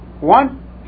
One